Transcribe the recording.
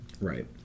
right